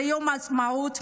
ביום העצמאות,